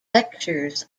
lectures